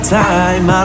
time